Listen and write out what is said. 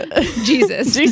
Jesus